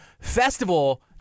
festival